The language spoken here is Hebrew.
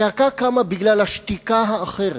הצעקה קמה בגלל השתיקה האחרת.